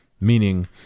meaning